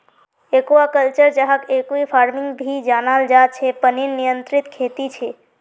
aquaculture, जहाक aquafarming भी जनाल जा छे पनीर नियंत्रित खेती छे